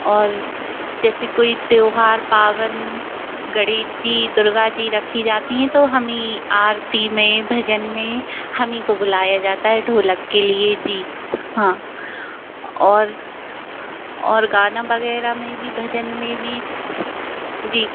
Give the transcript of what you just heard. और जैसे कोई त्योहार पावन गणेश जी दुर्गा जी रखी जाती हैं तो हमहीं आरती में भजन में हमीं को बुलाया जाता है ढोलक के लिए जी हाँ और और गाना वगैरह में भी भजन वगैरह में भी जी